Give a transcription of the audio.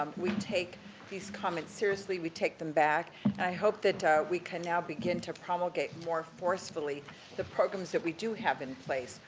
um we take these comments seriously, we take them back, and i hope that we can now begin to promulgate more forcefully the programs that we do have in place.